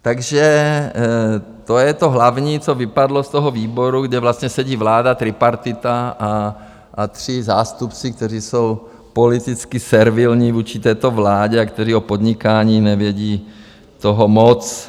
Takže to je to hlavní, co vypadlo z toho výboru, kde vlastně sedí vláda, tripartita a tři zástupci, kteří jsou politicky servilní vůči této vládě a kteří o podnikání nevědí toho moc.